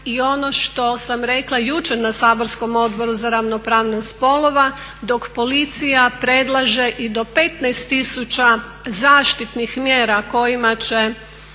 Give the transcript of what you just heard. I ono što sam rekla jučer na saborskom Odboru za ravnopravnost spolova, dok policija predlaže i do 15000 zaštitnih mjera kojima sud